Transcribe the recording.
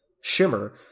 Shimmer